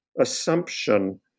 assumption